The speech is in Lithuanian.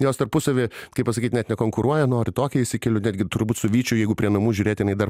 jos tarpusavy kaip pasakyt net nekonkuruoja nori tokia išsikeliu netgi turbūt su vyčiu jeigu prie namų žiūrėti jinai dar